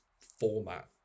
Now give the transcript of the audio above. format